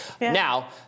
Now